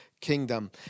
kingdom